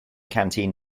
canteen